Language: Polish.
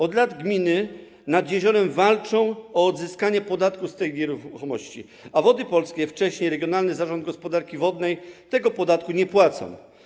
Od lat gminy znajdujące się nad jeziorem walczą o odzyskanie podatku od tej nieruchomości, a Wody Polskie, wcześniej regionalny zarząd gospodarki wodnej, tego podatku nie płacą.